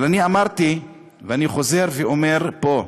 אבל אני אמרתי, ואני חוזר ואומר פה: